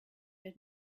had